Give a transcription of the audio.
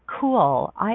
cool